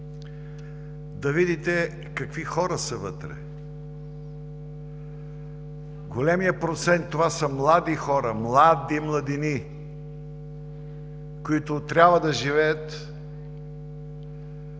да видите какви хора са вътре. Големият процент са млади хора, млади младини, които трябва да живеят, а не